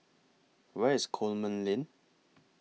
Where IS Coleman Lane